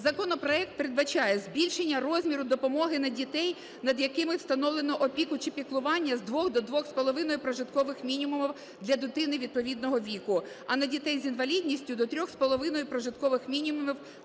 Законопроект передбачає збільшення розміру допомоги на дітей, над якими встановлено опіку чи піклування з 2 до 2,5 прожиткових мінімумів для дитини відповідного віку, а на дітей з інвалідністю – до 3,5 прожиткових мінімумів